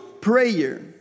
prayer